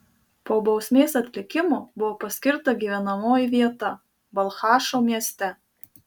po bausmės atlikimo buvo paskirta gyvenamoji vieta balchašo mieste